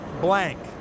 blank